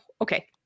okay